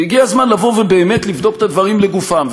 והגיע הזמן לבוא ובאמת לבדוק את הדברים לגופם,